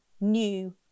new